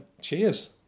Cheers